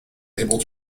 able